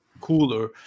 cooler